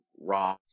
raw